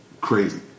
Crazy